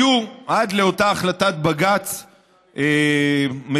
עד לאותה החלטת בג"ץ מדוברת,